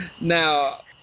now